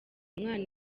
umwana